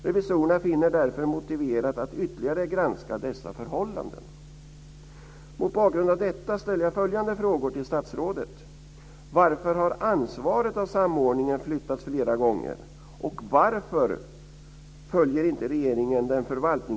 Revisorerna finner därför motiverat att ytterligare granska dessa förhållanden."